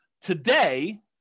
Today